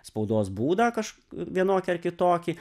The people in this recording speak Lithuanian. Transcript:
spaudos būdą kaž vienokį ar kitokį